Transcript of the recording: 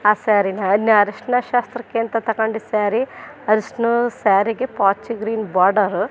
ಆ ಸ್ಯಾರಿನ ಇನ್ನೂ ಅರಶಿನ ಶಾಸ್ತ್ರಕ್ಕೆ ಅಂತ ತಗೊಂಡಿದ್ದು ಸ್ಯಾರಿ ಅರ್ಶಿನದ ಸ್ಯಾರಿಗೆ ಪಾಚಿ ಗ್ರೀನ್ ಬಾರ್ಡರು